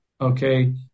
okay